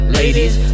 ladies